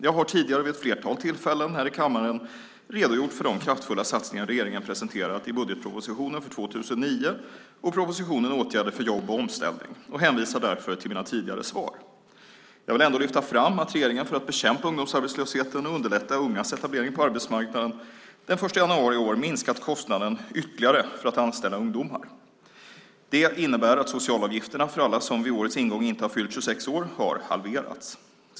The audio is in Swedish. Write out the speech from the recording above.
Jag har tidigare, vid ett flertal tillfällen, här i kammaren redogjort för de kraftfulla satsningar regeringen presenterat i budgetpropositionen för 2009 och i propositionen Åtgärder för jobb och omställning och hänvisar därför till mina tidigare svar. Jag vill ändå lyfta fram att regeringen för att bekämpa ungdomsarbetslösheten och underlätta ungas etablering på arbetsmarknaden den 1 januari i år minskat kostnaden ytterligare för att anställa ungdomar. Det innebär att socialavgifterna för alla som vid årets ingång inte har fyllt 26 år har halverats.